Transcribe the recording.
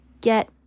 get